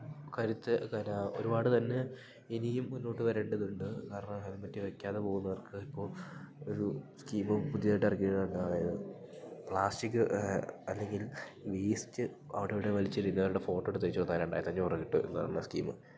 കരുത്ത് പിന്നെ ഒരുപാട് തന്നെ ഇനിയും മുന്നോട്ട് വരേണ്ടതുണ്ട് കാരണം ഹെൽമെറ്റ് വെക്കാതെ പോകുന്നവർക്ക് ഇപ്പോൾ ഒരു സ്കീമും പുതിയായിട്ട് ഇറക്കിയിട്ടുണ്ട് അതായത് പ്ലാസ്റ്റിക് അല്ലെങ്കിൽ വേസ്റ്റ് അവിടിവിടെ വലിച്ച് എറിയുന്നവരുടെ ഫോട്ടോ എടുത്തയച്ച് കൊടുത്താൽ രണ്ടായിരത്തി അഞ്ഞൂറ് രൂപ കിട്ടും എന്ന് പറഞ്ഞ സ്കീമ്